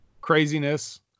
craziness